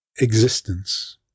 existence